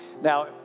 Now